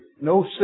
No